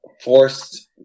forced